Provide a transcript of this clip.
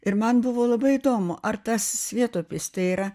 ir man buvo labai įdomu ar tas svietupis tai yra